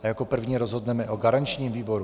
Jako první rozhodneme o garančním výboru.